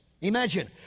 Imagine